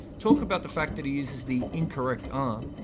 talk about the fact that he uses the incorrect arm,